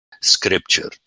Scripture